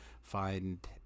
find